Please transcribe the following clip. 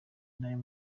nayo